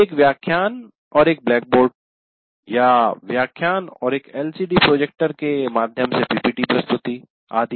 एक व्याख्यान और एक ब्लैकबोर्ड या व्याख्यान और एलसीडी प्रोजेक्टर के माध्यम से एक पीपीटी प्रस्तुति आदि